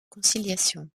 conciliation